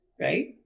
right